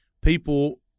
people